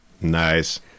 nice